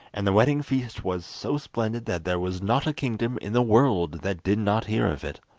and the wedding feast was so splendid that there was not a kingdom in the world that did not hear of it.